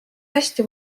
hästi